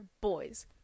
boys